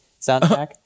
soundtrack